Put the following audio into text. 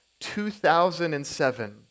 2007